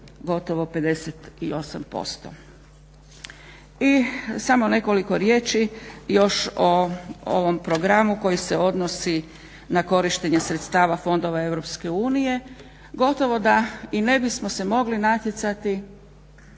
I samo nekoliko riječi još o ovom programu koji se odnosi na korištenje sredstava fondova EU. Gotovo da i ne bismo se mogli natjecati,